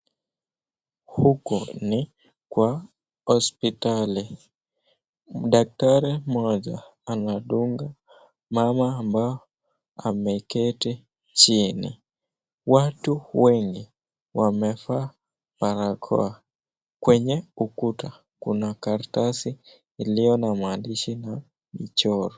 Huku ni kwa hospitali daktari moja anadunga mama ambaye ameketi chini watu wengi wamevaa barakoa. Kwenye ukuta kuna karatasi ilIyo na maandishi na michoro.